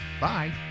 Bye